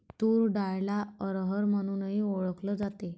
तूर डाळला अरहर म्हणूनही ओळखल जाते